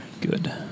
good